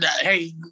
hey